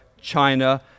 China